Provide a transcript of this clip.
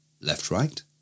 Left-right